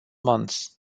months